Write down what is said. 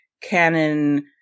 canon